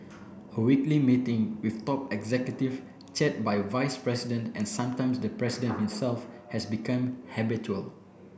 a weekly meeting with top executive chaired by vice president and sometimes by the president himself has become habitual